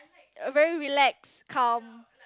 a very relaxed calm